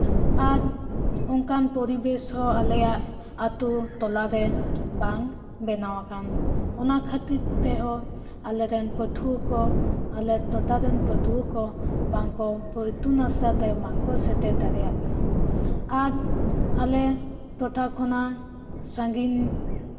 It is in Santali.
ᱟᱨ ᱚᱱᱠᱟᱱ ᱯᱚᱨᱤᱵᱮᱥ ᱦᱚᱸ ᱟᱞᱮᱭᱟᱜ ᱟᱛᱳ ᱴᱚᱞᱟᱨᱮ ᱵᱟᱝ ᱵᱮᱱᱟᱣ ᱟᱠᱟᱱ ᱚᱱᱟ ᱠᱷᱟᱹᱛᱤᱨ ᱛᱮᱦᱚᱸ ᱟᱞᱮᱨᱮᱱ ᱯᱟᱹᱴᱷᱩᱣᱟᱹ ᱠᱚ ᱟᱞᱮ ᱴᱚᱴᱷᱟ ᱨᱮᱱ ᱯᱟᱹᱴᱷᱩᱣᱟᱹ ᱠᱚ ᱵᱟᱝ ᱠᱚ ᱤᱛᱩᱱ ᱟᱥᱲᱟ ᱛᱮ ᱵᱟᱝ ᱠᱚ ᱥᱮᱴᱮᱨ ᱫᱟᱲᱮᱭᱟᱜ ᱠᱟᱱᱟ ᱟᱨ ᱟᱞᱮ ᱴᱚᱴᱷᱟ ᱠᱷᱚᱱᱟᱜ ᱥᱟᱺᱜᱤᱧ